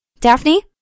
Daphne